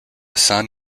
son